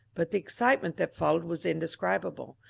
but the excitement that followed was in describable.